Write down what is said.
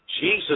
Jesus